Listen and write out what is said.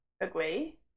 agree